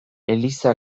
eliza